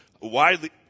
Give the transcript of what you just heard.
widely